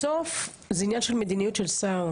בסוף, זה עניין של מדיניות של שר.